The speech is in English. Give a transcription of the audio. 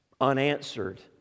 unanswered